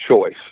choice